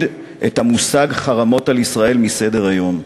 את המושג "חרמות על ישראל" מסדר-היום.